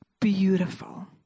beautiful